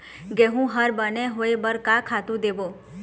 गेहूं हर बने होय बर का खातू देबो?